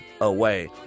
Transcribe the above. Away